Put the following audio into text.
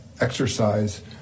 exercise